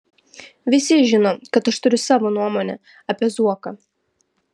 visi žino kad aš turiu savo nuomonę apie zuoką